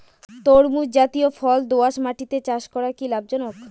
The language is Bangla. তরমুজ জাতিয় ফল দোঁয়াশ মাটিতে চাষ করা কি লাভজনক?